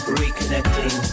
reconnecting